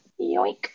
Yoink